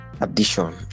addition